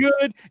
Good